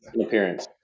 appearance